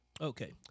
Okay